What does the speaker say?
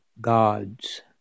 gods